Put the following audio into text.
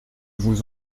vous